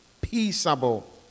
peaceable